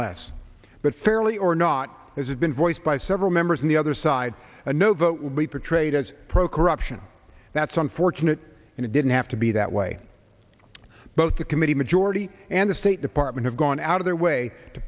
less but fairly or not as has been voiced by several members on the other side a no vote will be portrayed as pro corruption that's unfortunate and it didn't have to be that way both the committee majority and the state department have gone out of their way to